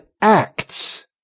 acts